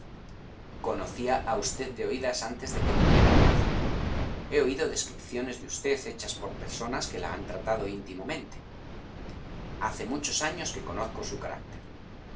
conocía a usted de oídas antes de que viniera a bath he oído descripciones de usted hechas por personas que la han tratado íntimamente hace muchos años que conozco su carácter